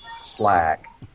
slack